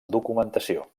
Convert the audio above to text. documentació